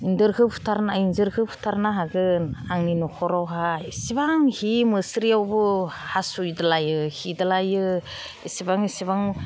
एन्जरखौ फुथारनो हागोन आंनि न'खरावहाय इसेबां हि मुस्रियावबो हासुद्लायो खिदलायो इसेबां इसेबां